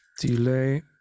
delay